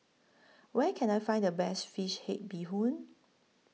Where Can I Find The Best Fish Head Bee Hoon